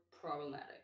problematic